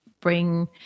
bring